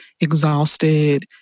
exhausted